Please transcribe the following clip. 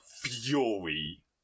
fury